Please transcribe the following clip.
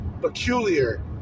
peculiar